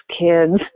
kids